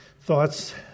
thoughts